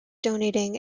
donating